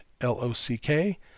L-O-C-K